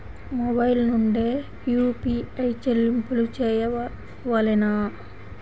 Mobile నుండే UPI చెల్లింపులు చేయవలెనా?